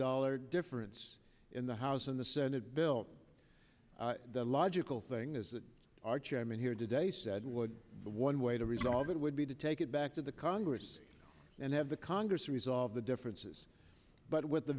dollar difference in the house and the senate bill the logical thing is that our chairman here today said would the one way to resolve it would be to take it back to the congress and have the congress resolve the differences but with a